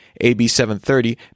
AB-730